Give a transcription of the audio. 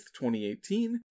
2018